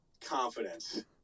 confidence